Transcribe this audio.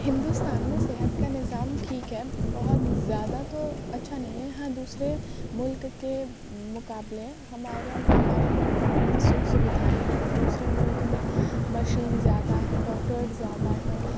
ہندوستان میں صحت کا نظام ٹھیک ہے بہت زیادہ تو اچھا نہیں ہے ہاں دوسرے ملک کے مقابلے ہمارا ہمارے ملک میں اتنی سکھ سودھائیں نہیں ہیں دوسرے ملک میں مشین زیادہ ہے ڈاکٹرز زیادہ ہیں